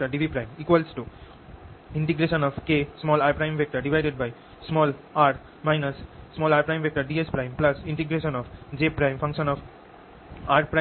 r